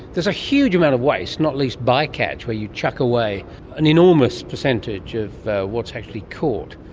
there is a huge amount of waste, not least bycatch where you chuck away an enormous percentage of what is actually caught,